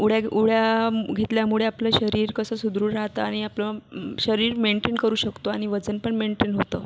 उड्या घे उड्या घेतल्यामुळे आपलं शरीर कसं सुदृढ राहातं आणि आपलं शरीर मेंटेन करू शकतो आणि वजनपण मेंटेन होतं